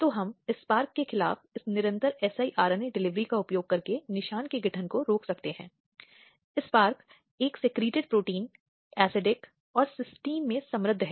तो ये कुछ नए अपराध हैं जो धारा 354 ए 354 बी 354 सी 354 डी और भारतीय दंड संहिता की धारा 326 ए और बी में एसिड फेंकना में शामिल हैं